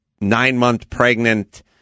nine-month-pregnant